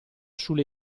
sulle